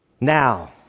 Now